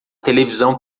televisão